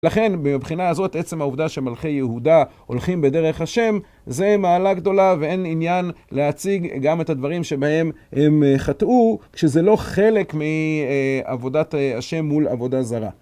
לכן, מבחינה הזאת, עצם העובדה שמלכי יהודה הולכים בדרך השם זה מעלה גדולה ואין עניין להציג גם את הדברים שבהם הם חטאו, שזה לא חלק מעבודת השם מול עבודה זרה.